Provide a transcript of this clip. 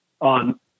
on